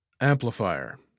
Amplifier